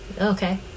Okay